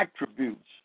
attributes